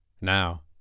Now